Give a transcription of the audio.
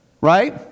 right